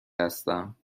هستم